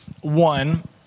one